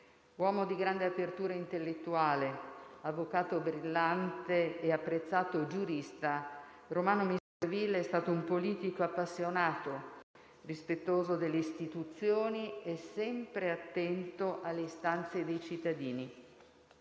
Uomo di grande apertura intellettuale, avvocato brillante e apprezzato giurista, Romano Misserville è stato un politico appassionato, rispettoso delle istituzioni e sempre attento alle istanze dei cittadini;